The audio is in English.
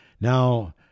now